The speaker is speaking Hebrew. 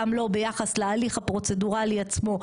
גם לא ביחס להליך הפרוצדורלי עצמו,